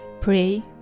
pray